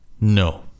No